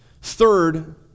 Third